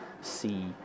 see